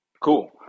Cool